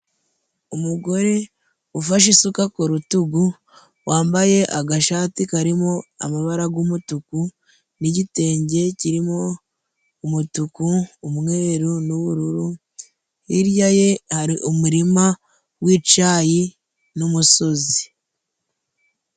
Umugore ufashe isuka ku rutugu wambaye agashati karimo amabara g'umutuku n'igitenge kirimo umutuku, umweru n'ubururu, hirya ye hari umurima w'icayi n'umusozi.